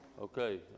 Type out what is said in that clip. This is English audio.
Okay